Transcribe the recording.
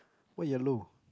what yellow